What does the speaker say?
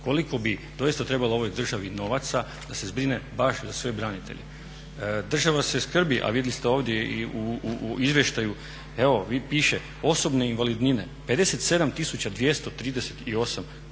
Koliko bi doista trebalo ovoj državi novaca da se zbrine baš za sve branitelje. Država se skrbi, a vidjeli ste ovdje i u izvještaju, evo piše, osobne invalidnine 57